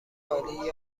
عالی